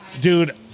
dude